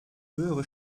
höhere